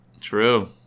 True